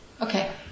Okay